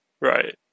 Right